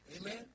Amen